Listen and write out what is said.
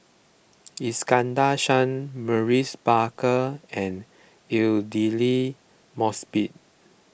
Iskandar Shah Maurice Baker and Aidli Mosbit